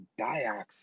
dioxin